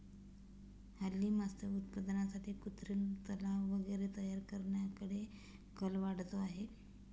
हल्ली मत्स्य उत्पादनासाठी कृत्रिम तलाव वगैरे तयार करण्याकडे कल वाढतो आहे